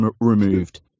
removed